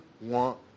want